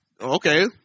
okay